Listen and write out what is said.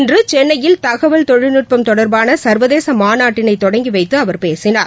இன்றுசென்னையில் தகவல் தொழில்நுட்பம் தொடர்பானசர்வதேசமாநாட்டினைதொடங்கிவைத்துஅவர் பேசினார்